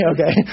Okay